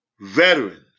veterans